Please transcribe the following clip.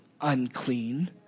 unclean